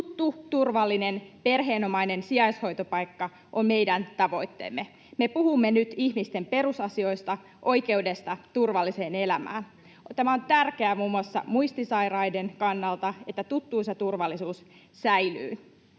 Tuttu, turvallinen, perheenomainen sijaishoitopaikka on meidän tavoitteemme. Me puhumme nyt ihmisten perusasioista, oikeudesta turvalliseen elämään. Tämä on tärkeää muun muassa muistisairaiden kannalta, että tuttuus ja turvallisuus säilyvät.